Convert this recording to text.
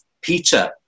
Peter